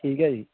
ਠੀਕ ਹੈ ਜੀ